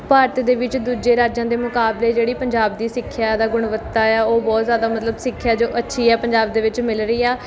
ਭਾਰਤ ਦੇ ਵਿੱਚ ਦੂਜੇ ਰਾਜਾਂ ਦੇ ਮੁਕਾਬਲੇ ਜਿਹੜੀ ਪੰਜਾਬ ਦੀ ਸਿੱਖਿਆ ਦਾ ਗੁਣਵੱਤਾ ਹੈ ਉਹ ਬਹੁਤ ਜ਼ਿਆਦਾ ਮਤਲਬ ਸਿੱਖਿਆ ਜੋ ਅੱਛੀ ਹੈ ਪੰਜਾਬ ਦੇ ਵਿੱਚ ਮਿਲ ਰਹੀ ਆ